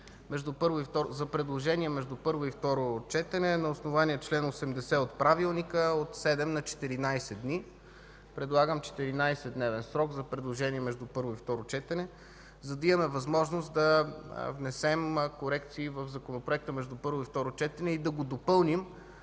за предложения между първо и второ четене на основание чл. 80 от Правилника от 7 на 14 дни. Предлагам 14-дневен срок за предложения между първо и второ четене, за да имаме възможност да внесем корекции в Законопроекта и да го допълним